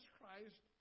Christ